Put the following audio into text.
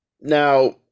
Now